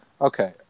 Okay